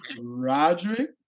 Roderick